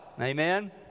Amen